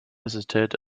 visited